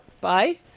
Bye